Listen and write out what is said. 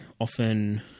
often